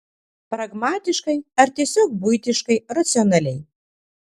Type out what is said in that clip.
pragmatiškai ir tiesiog buitiškai racionaliai